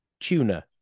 tuna